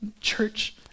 church